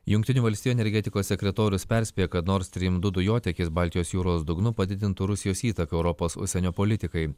jungtinių valstijų energetikos sekretorius perspėja kad nord strym du dujotiekis baltijos jūros dugnu padidintų rusijos įtaką europos užsienio politikai